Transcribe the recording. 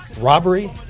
robbery